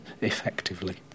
effectively